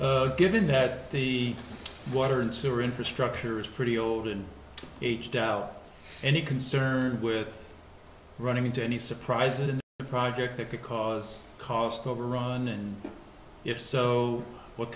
worry given that the water and sewer infrastructure is pretty old and aged out any concerned with running into any surprises in a project that could cause cost overrun and if so what